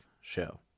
show